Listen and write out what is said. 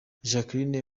jacqueline